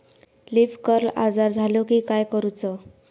Leaf curl आजार झालो की काय करूच?